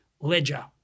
ledger